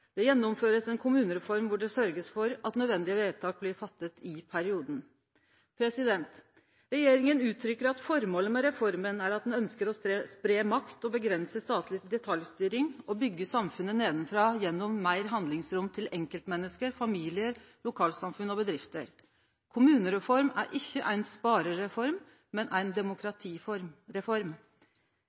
det står: «Det gjennomføres en kommunereform, hvor det sørges for at nødvendige vedtak blir fattet i perioden.» Regjeringa uttrykkjer at formålet med reforma er at ein ønskjer å spreie makt, avgrense statleg detaljstyring og byggje samfunnet nedanfrå gjennom å gi meir handlingsrom til enkeltmenneske, familiar, lokalsamfunn og bedrifter. Kommunereform er ikkje ein sparereform, men ein